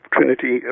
Trinity